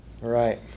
Right